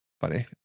Funny